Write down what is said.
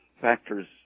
factors